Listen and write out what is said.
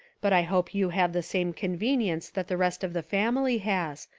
but i hope you have the same convenience that the rest of the family has,